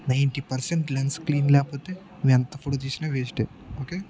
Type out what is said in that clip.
ninety percent lens clean లేకపోతే నువ్వు ఎంత ఫోటో తీసినా వేస్ట్ ఓకే